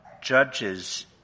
judges